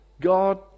God